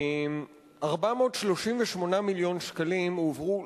438 מיליון שקלים הועברו,